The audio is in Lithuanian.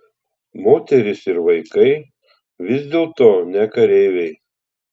moterys ir vaikai vis dėlto ne kareiviai